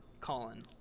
Colin